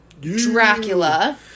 Dracula